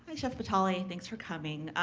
chef batali, thanks for coming.